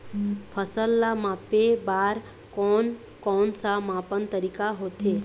फसल ला मापे बार कोन कौन सा मापन तरीका होथे?